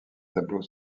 tableaux